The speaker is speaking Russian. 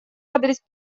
адрес